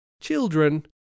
Children